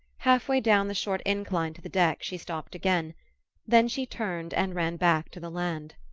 half-way down the short incline to the deck she stopped again then she turned and ran back to the land.